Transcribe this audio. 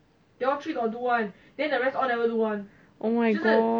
oh my god